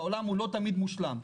העולם הוא לא תמיד מושלם.